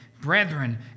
Brethren